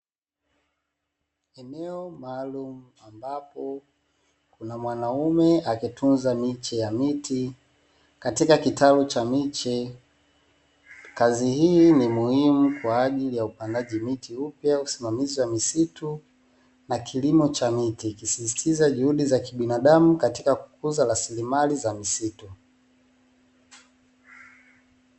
Eneo maalumu, ambapo kuna mwanaume akitunza miche ya miti katika kitalu cha miche. Kazi hii ni muhimu kwa ajili ya upandaji miti upya, usimamizi wa misitu na kilimo cha miti, ikisisitiza juhudi za kibinadamu katika kukuza rasilimali za misitu.